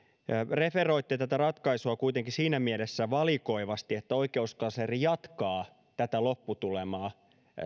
referoitte tätä ratkaisua kuitenkin siinä mielessä valikoivasti että oikeuskansleri jatkaa tätä lopputulemaa